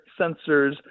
sensors